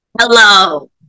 Hello